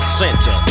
center